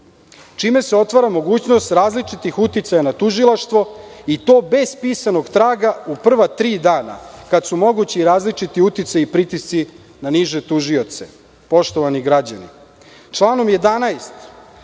čime se otvara mogućnost različitih uticaja na tužilaštvo i to bez pisanog traga u prva tri dana kada su mogući različiti uticaji i pritisci na niže tužioce, poštovani građani. Član 11.